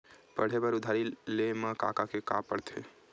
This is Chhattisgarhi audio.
पढ़े बर उधारी ले मा का का के का पढ़ते?